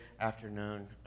afternoon